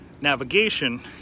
navigation